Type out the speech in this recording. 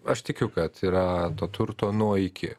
aš tikiu kad yra to turto nuo iki